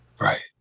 right